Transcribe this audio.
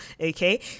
okay